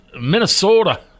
Minnesota